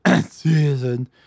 season